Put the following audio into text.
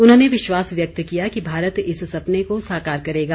उन्होंने विश्वास व्यक्त किया कि भारत इस सपने को साकार करेगा